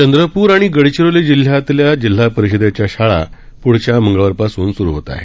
चंद्रपुर आणि गडचिरोली जिल्ह्यातल्या जिल्हा परिषदेच्या शाळा पुढच्या मंगळवारपासुन सुरू आहेत